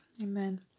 amen